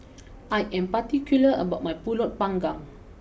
I am particular about my Pulut Panggang